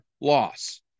loss